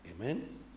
Amen